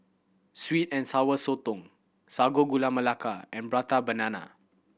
sweet and Sour Sotong Sago Gula Melaka and Prata Banana